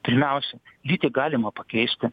pirmiausia lytį galima pakeisti